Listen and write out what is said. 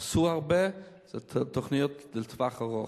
עשו הרבה, זה תוכניות לטווח ארוך.